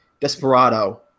Desperado